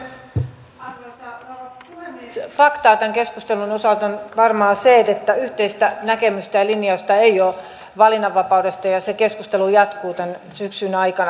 faktaa tämän keskustelun osalta on nyt varmaan se että yhteistä näkemystä ja linjausta ei ole valinnanvapaudesta ja se keskustelu jatkuu tämän syksyn aikana